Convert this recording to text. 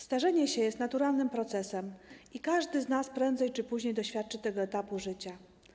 Starzenie się jest naturalnym procesem i każdy z nas prędzej czy później doświadczy tego etapu życia.